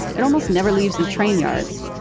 it almost never leaves the train yards.